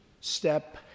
Step